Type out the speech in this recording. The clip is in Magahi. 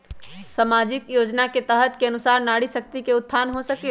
सामाजिक योजना के तहत के अनुशार नारी शकति का उत्थान हो सकील?